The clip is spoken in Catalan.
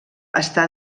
està